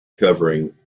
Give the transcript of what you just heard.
covering